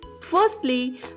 Firstly